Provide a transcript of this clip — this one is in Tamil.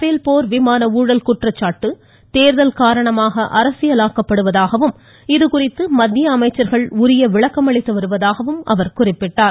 பேல் போர் விமான ஊழல் குற்றச்சாட்டு தேர்தல் காரணமாக அரசியலாக்கப்படுவதாகவும் இது குறித்து மத்திய அமைச்சர்கள் உரிய விளக்கமளித்து வருவதாகவும் அவர் குறிப்பிட்டார்